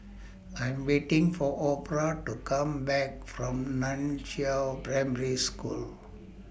I 'm waiting For Orah to Come Back from NAN Chiau Primary School